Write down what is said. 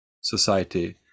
Society